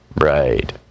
Right